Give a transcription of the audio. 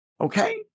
Okay